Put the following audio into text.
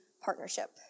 partnership